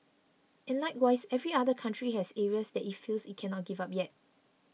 and likewise every other country has areas that it feels it cannot give up yet